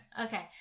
Okay